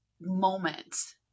moments